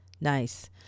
Nice